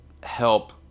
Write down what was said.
help